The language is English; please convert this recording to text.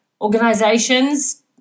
organizations